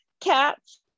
cats